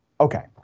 Okay